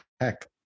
heck